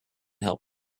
help